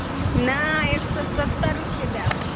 नहि एक सए सत्तर रुपैये देब